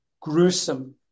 gruesome